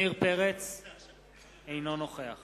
אינו נוכח